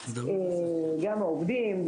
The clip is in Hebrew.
גם העובדים,